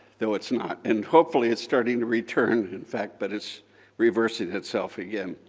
though it's not, and hopefully it's starting to return, in fact, but it's reversing itself again.